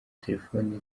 telephone